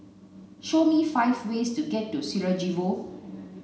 show me five ways to get to Sarajevo